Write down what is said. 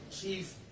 Chief